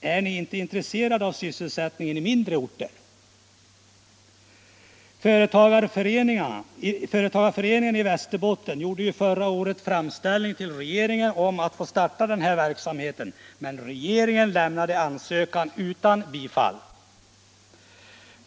Är ni inte intresserade av sysselsättning på mindre orter? Företagarföreningen i Västerbottens län gjorde ju förra året framställning till regeringen om att få starta en sådan här verksamhet, men regeringen lämnade ansökan utan bifall.